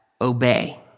obey